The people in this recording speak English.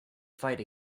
fight